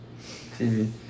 TV